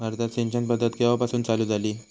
भारतात सिंचन पद्धत केवापासून चालू झाली?